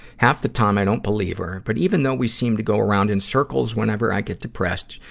half the time, i don't believe her. but even though we seem to go around in circles whenever i get depressed,